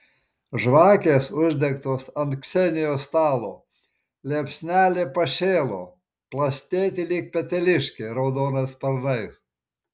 žvakės uždegtos ant ksenijos stalo liepsnelė pašėlo plastėti lyg peteliškė raudonais sparnais